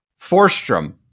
Forstrom